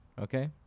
Okay